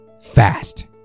fast